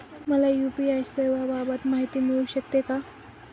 मला यू.पी.आय सेवांबाबत माहिती मिळू शकते का?